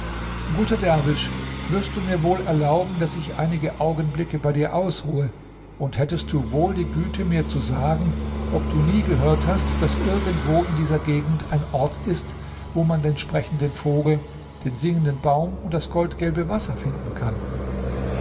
guter derwisch wirst du mir wohl erlauben daß ich einige augenblicke bei dir ausruhe und hättest du wohl die güte mir zu sagen ob du nie gehört hast daß irgendwo in dieser gegend ein ort ist wo man den sprechenden vogel den singenden baum und das goldgelbe wasser finden kann